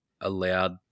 allowed